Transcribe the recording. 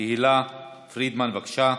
תהלה פרידמן, בבקשה,